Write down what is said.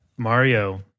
Mario